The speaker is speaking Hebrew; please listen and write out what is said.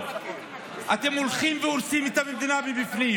אתם הולכים והורסים את המדינה מבפנים.